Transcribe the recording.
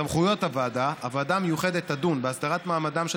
סמכויות הוועדה: הוועדה המיוחדת תדון בהסדרת מעמדם של